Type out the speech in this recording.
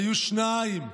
היו שתיים.